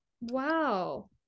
Wow